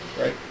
right